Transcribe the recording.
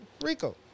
Rico